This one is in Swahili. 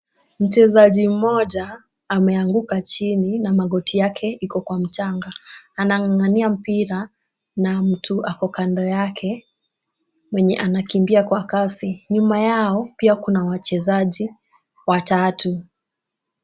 Mchezaji mmoja ameanguka chini na magoti yake iko kwa mjanga ,anangangania mpira na mtu ako kando yake na anakimbia kwa kasi nyuma yao pia kuna wachezaji watatu